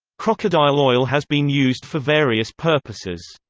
crocodile oil has been used for various purposes.